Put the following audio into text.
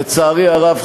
לצערי הרב,